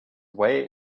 way